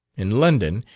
in london,